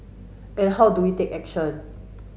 and how do we take action